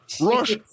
rush